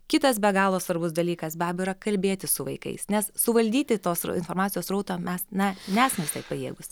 kitas be galo svarbus dalykas be abejo yra kalbėtis su vaikais nes suvaldyti tos informacijos srauto mes na nesam pajėgūs